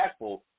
impactful